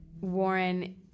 Warren